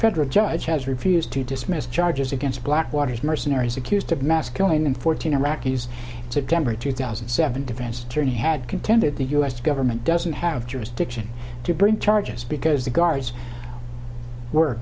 federal judge has refused to dismiss charges against blackwater is mercenaries accused of mass killing and fourteen iraqis september two thousand and seven defense attorney had contended the u s government doesn't have jurisdiction to bring charges because the guards were